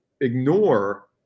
ignore